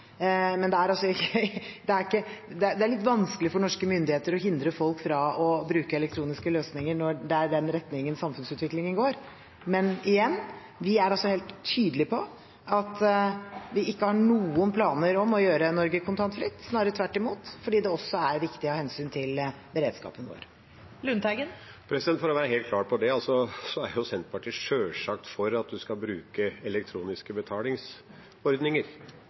Det er litt vanskelig for norske myndigheter å hindre folk i å bruke elektroniske løsninger når det er i den retningen samfunnsutviklingen går. Men igjen: Vi er helt tydelige på at vi ikke har noen planer om å gjøre Norge kontantfritt, snarere tvert imot, fordi det også er viktig av hensyn til beredskapen vår. For å være helt klar på det: Senterpartiet er sjølsagt for at man skal bruke elektroniske betalingsordninger.